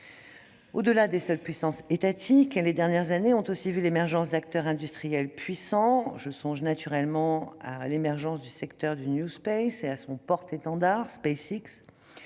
Au-delà des seules puissances étatiques, les dernières années ont vu l'émergence d'acteurs industriels puissants. Je songe naturellement au secteur du et à son porte-étendard, SpaceX,